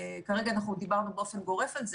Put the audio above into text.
שכרגע אנחנו דיברנו באופן גורף על זה